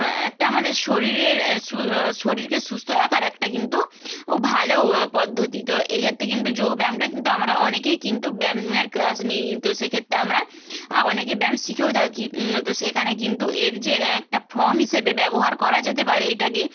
একটা আমাদের শরীরের শরীরকে সুস্থ রাখার একটা কিন্তু ভালো পদ্ধতি তো এক্ষেত্রে কিন্তু যোগব্যায়ামটা কিন্তু আমরা অনেকেই কিন্তু ব্যায়ামের ক্লাস নিই তো সেক্ষেত্রে আমরা অনেকে ব্যায়াম শিখেও থাকি তো সেখানে কিন্তু এর যে একটা ফর্ম হিসেবে ব্যবহার করা যেতে পারে এটাকে